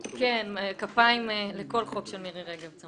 כן, כפיים לכל חוק של מירי רגב.